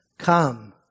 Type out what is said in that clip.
Come